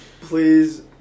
please